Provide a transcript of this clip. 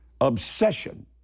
Obsession